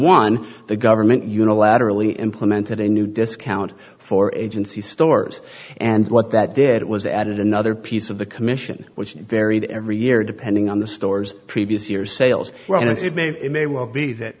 one the government unilaterally implemented a new discount for agency stores and what that did was added another piece of the commission which varied every year depending on the store's previous year's sales it may well be that